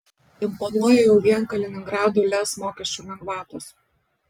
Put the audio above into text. imponuoja jau vien kaliningrado lez mokesčių lengvatos